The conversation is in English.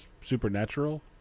Supernatural